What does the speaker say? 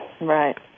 Right